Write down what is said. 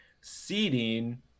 seeding